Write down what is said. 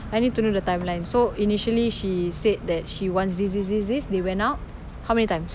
I need to know the timeline so initially she said that she wants this this this this they went out how many times